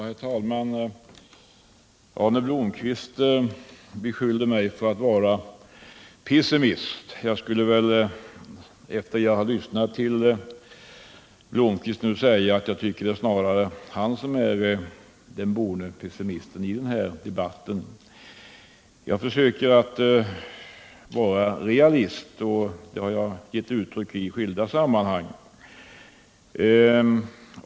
Herr talman! Arne Blomkvist beskyllde mig för att vara pessimist. Jag skulle vilja säga, efter att ha lyssnat till Arne Blomkvist, att jag tycker snarast att det är han som är den borne pessimisten i den här debatten. Jag försöker att vara realist, och det har jag givit uttryck för i skilda sammanhang.